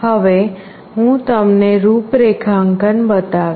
હવે હું તમને રૂપરેખાંકન બતાવીશ